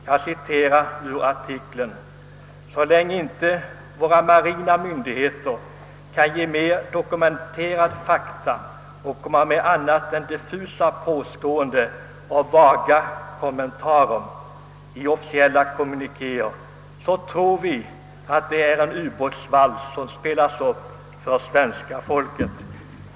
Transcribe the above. Jag citerar ur artikeln: »Så länge inte våra marina myndigheter kan ge mer dokumenterade fakta och komma med annat än diffusa påståenden och vaga kommentarer i officiella kommunikéer så tror vi att det är en ubåtsvals som spelats upp för svenska folket.